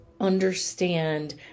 understand